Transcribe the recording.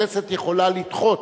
הכנסת יכולה לדחות,